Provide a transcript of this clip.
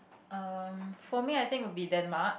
um for me I think would be Denmark